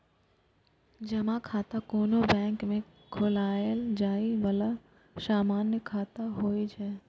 जमा खाता कोनो बैंक मे खोलाएल जाए बला सामान्य खाता होइ छै